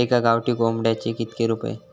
एका गावठी कोंबड्याचे कितके रुपये?